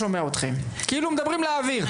כאילו מדברים לאוויר,